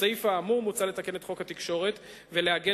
בסעיף האמור מוצע לתקן את חוק התקשורת ולעגן